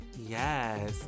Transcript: Yes